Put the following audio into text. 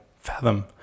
fathom